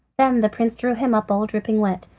then the prince drew him up all dripping wet,